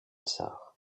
tsar